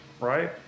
Right